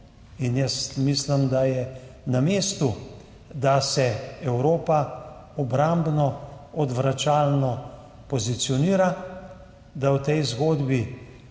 8 %. Mislim, da je na mestu, da se Evropa obrambno-odvračalno pozicionira, da v tej zgodbi